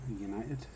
United